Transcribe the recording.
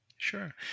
Sure